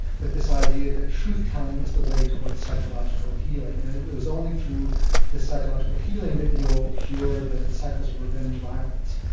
with this idea that truth-telling is the way towards psychological healing. and it is only through the psychological healing that you're cured, the cycles of revenge violence.